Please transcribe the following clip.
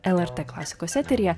lrt klasikos eteryje